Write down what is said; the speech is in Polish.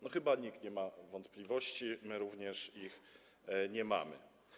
No chyba nikt nie ma wątpliwości, my również ich nie mamy.